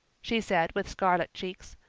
she said, with scarlet cheeks,